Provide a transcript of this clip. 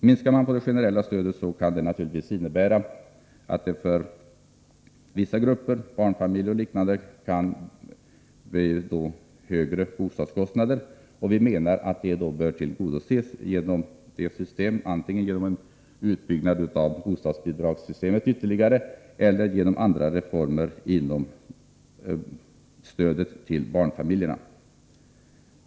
Minskar man på det generella stödet kan det naturligtvis innebära att vissa grupper, barnfamiljerna t.ex., får högre bostadskostnader. De bör kompenseras genom utbyggnad av bostadsbidragssystemet ytterligare eller genom andra reformer inom stödet till barnfamiljerna.